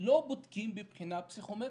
לא בודקים בבחינה פסיכומטרית.